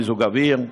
מיזוג אוויר,